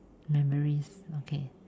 memories okay